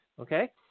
Okay